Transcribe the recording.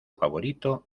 favorito